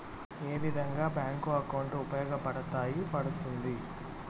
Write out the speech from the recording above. ఏ విధంగా bank account ఉపయోగపడతాయి పడ్తుంది